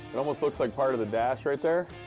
it almost looks like part of the dash right there.